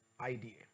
idea